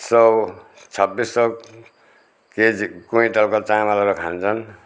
सय छब्बिस सय केजी कुइन्टलको चामलहरू खान्छन्